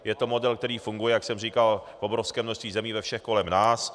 Je to model, který funguje, jak jsem říkal, v obrovském množství zemí, ve všech kolem nás.